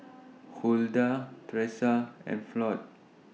Huldah Tresa and Floyd